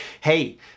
hey